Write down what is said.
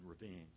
revenge